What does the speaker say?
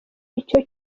icyo